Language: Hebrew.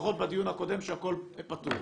לפחות בדיון הקודם שהכול פתור.